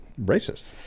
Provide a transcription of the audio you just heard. Racist